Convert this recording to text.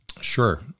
Sure